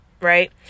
right